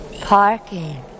Parking